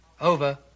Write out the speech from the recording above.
Over